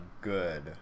good